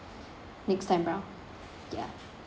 next time around ya